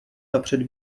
napřed